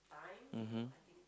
mmhmm